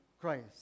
Christ